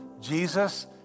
Jesus